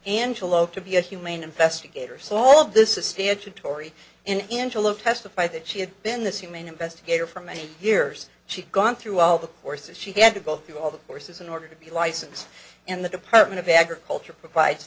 angelo to be a humane investigator so all of this is fair to tori in angelo testified that she had been this humane investigator for many years she'd gone through all the courses she had to go through all the courses in order to be licensed and the department of agriculture provides